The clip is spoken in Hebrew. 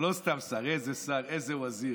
אבל לא סתם שר, איזה שר, איזה וזיר.